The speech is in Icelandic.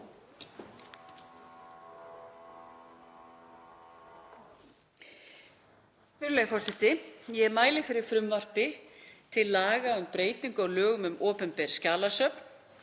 Virðulegi forseti. Ég mæli fyrir frumvarpi til laga um breytingu á lögum um opinber skjalasöfn.